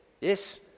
Yes